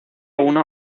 una